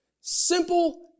Simple